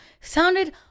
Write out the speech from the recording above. sounded